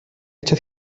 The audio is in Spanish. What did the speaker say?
dicha